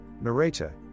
narrator